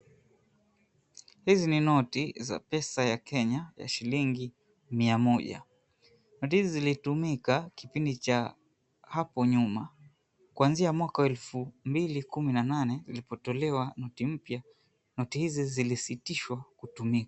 Hizi ni noti ya pesa ya Kenya ya shilingi mia moja. Noti hizi zilitumika kipindi cha hapo nyuma. Kuanzia mwaka wa elfu mbili kumi na nane lilipotolewa noti mpya, noti hizi zilisitishwa kutumika.